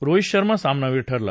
रोहीत शर्मा सामनावीर ठरला